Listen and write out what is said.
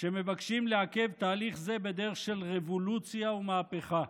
שמבקשים לעכב תהליך זה בדרך של רבולוציה ומהפכה.